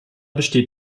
besteht